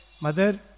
Mother